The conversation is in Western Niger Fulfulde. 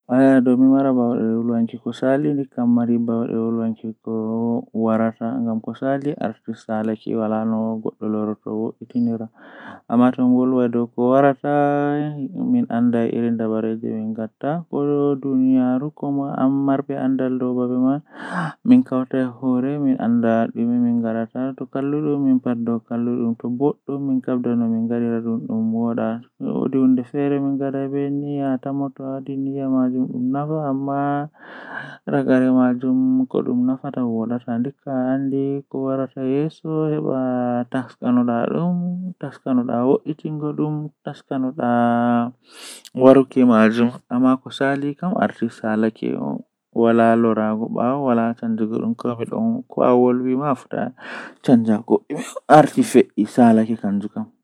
Eh asomnan flawa ma asammina ndiyam dow flawa alanya dum alanyadum seito dum moddi tekki sei amabba dum haa nder fande malla hunde feere jei wulnata a acca dum jei wakkati sedda to wuli ni uppan be hore mum jam ajippina dum taa hukka.